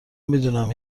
میدونم